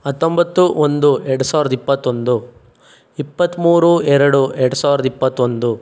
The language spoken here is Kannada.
ಹತ್ತೊಂಬತ್ತು ಒಂದು ಎರಡು ಸಾವಿರದ ಇಪ್ಪತ್ತೊಂದು ಇಪ್ಪತ್ತ್ಮೂರು ಎರಡು ಎರಡು ಸಾವಿರದ ಇಪ್ಪತ್ತೊಂದು